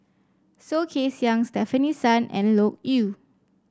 Soh Kay Siang Stefanie Sun and Loke Yew